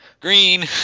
Green